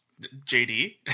jd